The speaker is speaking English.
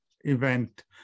event